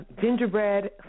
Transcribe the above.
gingerbread